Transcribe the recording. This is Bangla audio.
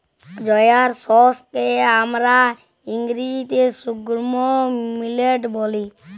জয়ার শস্যকে হামরা ইংরাজিতে সর্ঘুম মিলেট ব্যলি